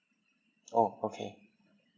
oh okay